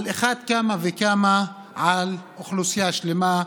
על אחת כמה וכמה על אוכלוסייה שלמה.